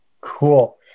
Cool